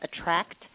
Attract